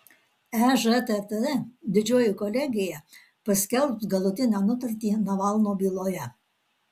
ežtt didžioji kolegija paskelbs galutinę nutartį navalno byloje